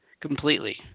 completely